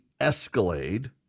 Escalade